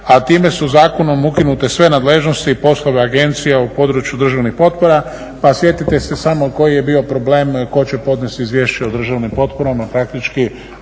A time su zakonom ukinute sve nadležnosti i poslovi agencija u području državnih potpora. Pa sjetite se samo koji je bio problem tko će podnijeti Izvješće o državnim potporama, praktički